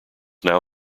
now